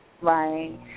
Right